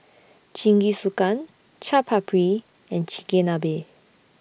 Jingisukan Chaat Papri and Chigenabe